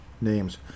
names